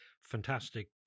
fantastic